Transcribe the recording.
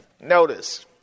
Notice